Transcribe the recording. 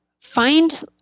find